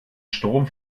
strom